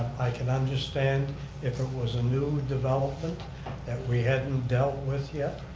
i can understand if it was a new development that we hadn't dealt with yet.